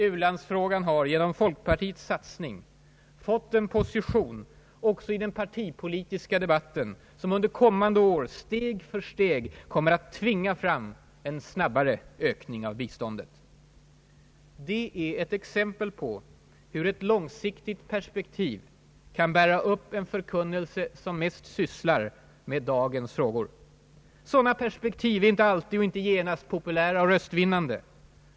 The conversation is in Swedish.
U-landsfrågan har genom folkpartiets satsning fått en position också i den partipolitiska debatten som under kommande år, steg för steg, kommer att tvinga fram en snabbare ökning av biståndet. Det är ett exempel på hur ett långsiktigt perspektiv kan bära upp en förkunnelse som mest sysslar med dagens frågor. Sådana perspektiv är inte alltid och inte genast populära och röstvinnande.